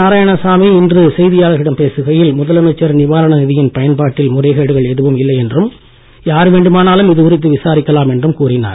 நாராயணசாமி இன்று செய்தியாளர்களிடம் பேசுகையில் முதலமைச்சர் நிவாரண நிதியின் பயன்பாட்டில் முறைகேடுகள் எதுவும் இல்லை என்றும் யார் வேண்டுமானாலும் இது குறித்து விசாரிக்கலாம் என்றும் கூறினார்